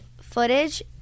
footage